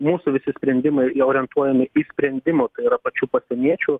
mūsų visi sprendimai jie orientuojami į sprendimų tai yra pačių pasieniečių